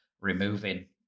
removing